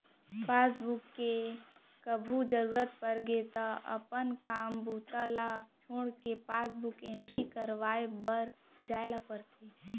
passbook के कभू जरूरत परगे त अपन काम बूता ल छोड़के पासबुक एंटरी कराए बर जाए ल परथे